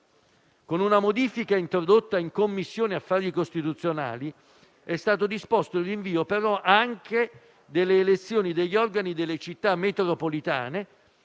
Con una modifica introdotta in Commissione affari costituzionali è stato disposto il rinvio, però, anche delle elezioni degli organi delle Città metropolitane,